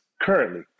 currently